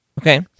Okay